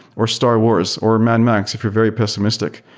or star wars, or mad max if you're very pessimistic.